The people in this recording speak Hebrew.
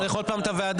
צריך עוד פעם את הוועדה,